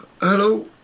hello